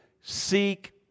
seek